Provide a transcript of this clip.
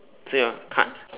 so you want cut